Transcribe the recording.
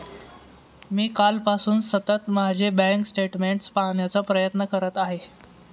मी कालपासून सतत माझे बँक स्टेटमेंट्स पाहण्याचा प्रयत्न करत आहे